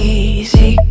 easy